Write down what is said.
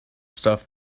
stuff